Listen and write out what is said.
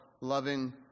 loving